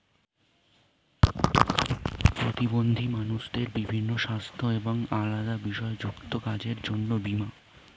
প্রতিবন্ধী মানুষদের বিভিন্ন সাস্থ্য এবং আলাদা বিষয় যুক্ত কাজের জন্য বীমা